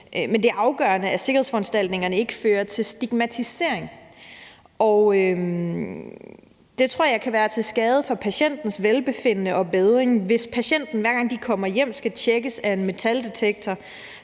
men det afgørende er, at sikkerhedsforanstaltningerne ikke fører til stigmatisering. Jeg tror, det kan være til skade for patientens velbefindende og bedring, hvis patienten, hver gang de kommer hjem, skal tjekkes i en metaldetektor.